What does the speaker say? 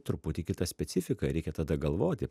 truputį kita specifika reikia tada galvoti